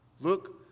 Look